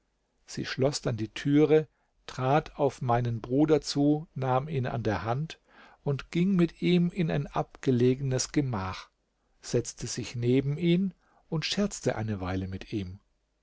sie schloß dann die türe trat auf meinen bruder zu nahm ihn an der hand und ging mit ihm in ein abgelegenes gemach setzte sich neben ihn und scherzte eine weile mit ihm